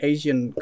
Asian